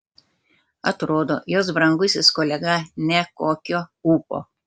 atrodo jos brangusis kolega nekokio ūpo